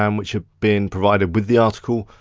um which have been provided with the article.